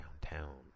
downtown